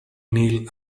kneel